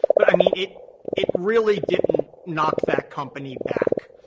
but i mean, it it really didn't knock that company back.